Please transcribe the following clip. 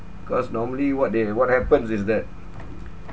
cause normally what they what happens is that